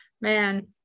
man